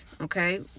okay